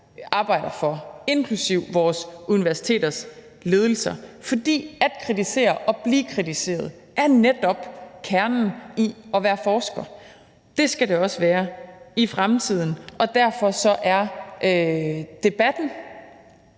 arbejder for, inklusive vores universiteters ledelser. At kritisere og blive kritiseret er netop kernen i at være forsker. Det skal det også være i fremtiden, og derfor er debatten